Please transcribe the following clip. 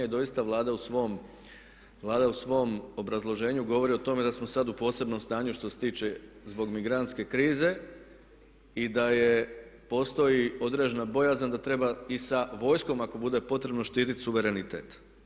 Doista Vlada u svom obrazloženju govori o tome da smo sad u posebnom stanju što se tiče zbog migrantske krize i da postoji određena bojazan da treba i sa vojskom ako bude potrebno štititi suverenitet.